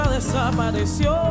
Desapareció